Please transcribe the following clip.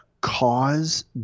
cause